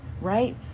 right